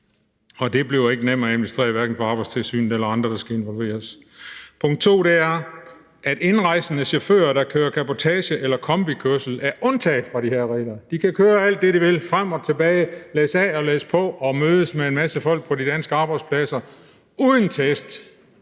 Og det bliver ikke nemt at administrere hverken for Arbejdstilsynet eller andre, der skal involveres. Det andet handler om, at indrejsende chauffører, der kører cabotage eller kombikørsel, er undtaget fra de her regler. De kan køre alt det, de vil, frem og tilbage, læsse af og læsse på og mødes med en masse folk på de danske arbejdspladser uden test,